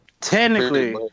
Technically